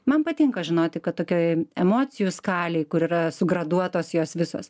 man patinka žinoti kad tokioj emocijų skalėj kur yra sugraduotos jos visos